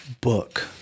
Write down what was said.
book